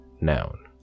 noun